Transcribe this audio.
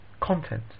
content